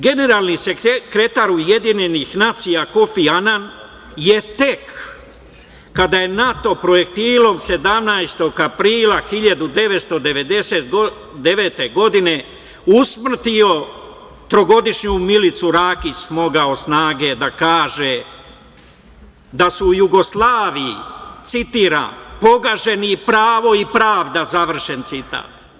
Generalni sekretar UN Kofi Anan je tek kada je NATO projektilom 17. aprila 1999. godine usmrtio trogodišnju Milicu Rakić, smogao snage da kaže da su u Jugoslaviji, citiram - pogaženi pravo i pravda, završen citat.